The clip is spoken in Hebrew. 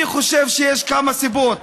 אני חושב שיש כמה סיבות.